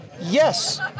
Yes